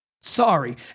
sorry